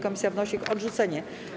Komisja wnosi o ich odrzucenie.